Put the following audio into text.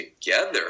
together